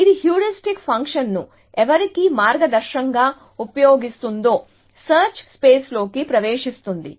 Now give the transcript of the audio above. ఇది హ్యూరిస్టిక్ ఫంక్షన్ను ఎవరికి మార్గదర్శకంగా ఉపయోగిస్తుందో సెర్చ్ స్పేస్ లోకి ప్రవేశిస్తుంది